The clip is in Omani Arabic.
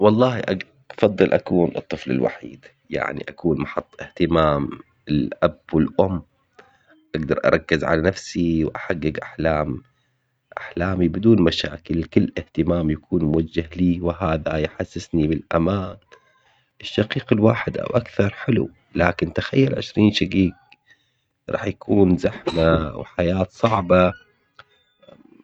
والله افضل اكون الطفل الوحيد يعني اكون محط اهتمام الاب والام. اقدر اركز على نفسي واحقق احلام. احلامي بدون مشاكل كل اهتمامي يكون موجه لي وهذا يحسسني بالامان. الشقيق الواحد او اكثر حلو لكن عشرين شقيق راح يكون زحمة وحياة صعبة